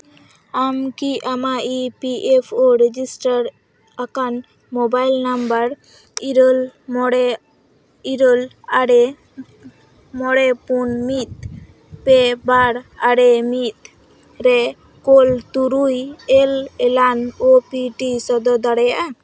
ᱟᱢ ᱠᱤ ᱟᱢᱟᱜ E P F O register ᱟᱠᱟᱱ ᱢᱳᱵᱟᱭᱤᱞ ᱱᱟᱢᱵᱟᱨ ᱤᱨᱟᱹᱞ ᱢᱚᱬᱮ ᱤᱨᱟᱹᱞ ᱟᱨᱮ ᱢᱚᱬᱮ ᱯᱩᱱ ᱢᱤᱫ ᱯᱮ ᱵᱟᱨ ᱟᱨᱮ ᱢᱤᱫ ᱨᱮ ᱠᱳᱞ ᱛᱩᱨᱩᱭ ᱮᱞ ᱮᱞᱟᱱ ᱳ ᱯᱤ ᱴᱤ ᱥᱚᱫᱚᱨ ᱫᱟᱲᱮᱭᱟᱜᱼᱟᱢ